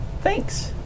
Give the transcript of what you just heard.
Thanks